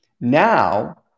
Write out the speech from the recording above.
Now